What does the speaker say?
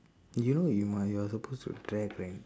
you know you might you are supposed to drag right